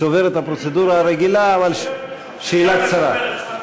שובר את הפרוצדורה הרגילה, אבל, שאלה קצרה.